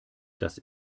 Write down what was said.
das